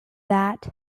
that